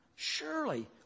surely